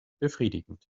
befriedigend